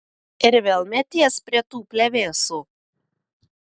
ir vėl meties prie tų plevėsų